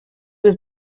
was